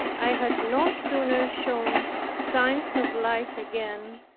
i had no sooner shown signs of life again,